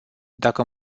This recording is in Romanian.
dacă